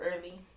early